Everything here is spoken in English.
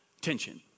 tension